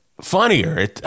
funnier